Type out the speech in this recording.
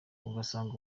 ugasanga